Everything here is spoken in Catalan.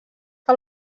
que